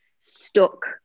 stuck